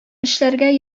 эшләргә